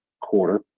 quarter